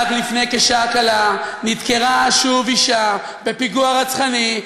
רק לפני שעה קלה נדקרה שוב אישה בפיגוע רצחני,